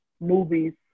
movies